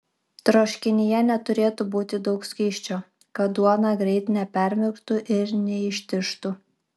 troškinyje neturėtų būti daug skysčio kad duona greit nepermirktų ir neištižtų